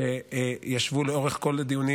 שישבו לאורך כל הדיונים,